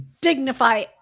dignify